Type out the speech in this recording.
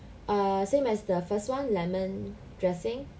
err same as the first [one] lemon dressing